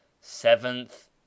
seventh